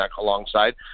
alongside